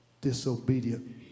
Disobedient